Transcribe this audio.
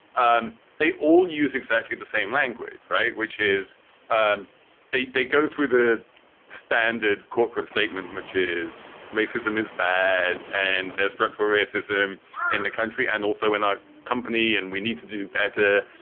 um they all use exactly the same language. right. which is and they they go through the standard corporate statement, which is racism is bad and there's structural racism in the country and also in a company and we need to do better.